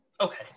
okay